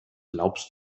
glaubst